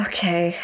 Okay